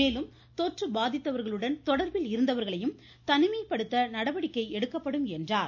மேலும் தொற்று பாதித்தவர்களுடன் தொடர்பில் இருந்தவர்களையும் தனிமைப்படுத்த நடவடிக்கை எடுக்கப்படும் என்றார்